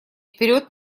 вперед